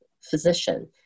physician